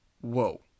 whoa